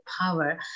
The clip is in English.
power